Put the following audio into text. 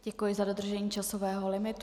Děkuji za dodržení časového limitu.